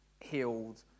healed